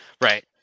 right